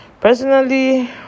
Personally